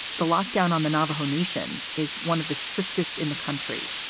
the lockdown on the navajo nation is one of the strictest in the country.